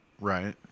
Right